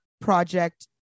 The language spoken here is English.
project